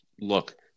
look